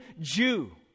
Jew